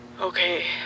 Okay